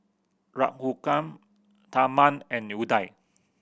Raghuram Tharman and Udai